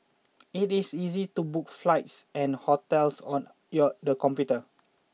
it is easy to book flights and hotels on the computer